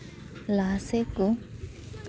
ᱞᱟᱦᱟ ᱥᱮᱫ ᱠᱚ